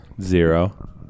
Zero